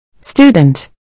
Student